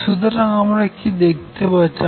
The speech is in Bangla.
সুতরাং আমরা কি দেখতে পাচ্ছি